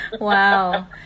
Wow